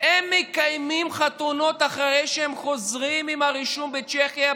מקיימים חתונות אחרי שהם חוזרים עם הרישום בצ'כיה,